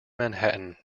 manhattan